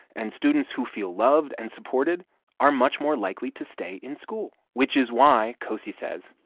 and students who feel loved and supported are much more likely to stay in school, which is why, cosey says.